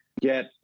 get